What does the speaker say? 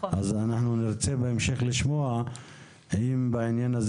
אז אנחנו נרצה בהמשך לשמוע אם בעניין הזה